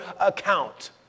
account